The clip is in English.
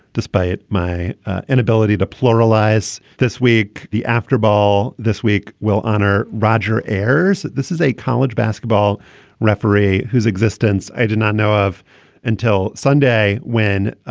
despite my inability to pluralized this week, the after ball this week will honor roger ayres. this is a college basketball referee whose existence i did not know of until sunday, when